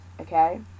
okay